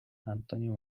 antonio